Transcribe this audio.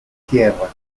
tierra